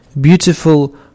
beautiful